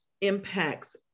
impacts